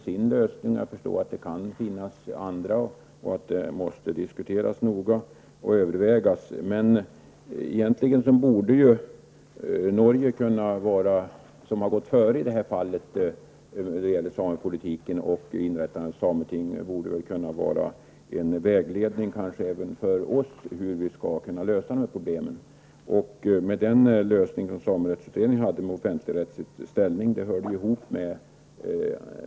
Jag förstår att det kan finnas andra lösningar och att det här måste diskuteras och övervägas noga. Egentligen borde Norge, som redan har inrättat ett sameting, kunna ge oss en vägledning när det gäller att lösa dessa problem. Samerättsutredningen lösning var visserligen ett sameting med offentligrättslig ställning.